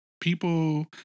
people